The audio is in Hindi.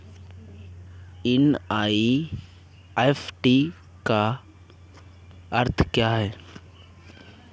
एन.ई.एफ.टी का अर्थ क्या है?